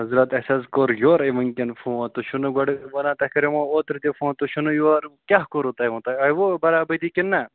حضرات اَسہِ حظ کوٚر یورَے وٕنۍکٮ۪ن فون تُہۍ چھُو نہٕ گۄڈٕ وَنان تۄہہِ کَریومو اوترٕ تہِ فون تُہۍ چھُو نہٕ یورٕ کیٛاہ کوٚروٗ تۄہہِ وَنہِ تۄہہِ آیہِ وۄنۍ برابٔدی کِنۍ نہ